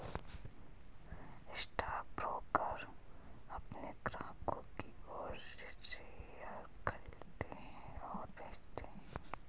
stockbroker अपने ग्राहकों की ओर से शेयर खरीदते हैं और बेचते हैं